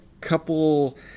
couple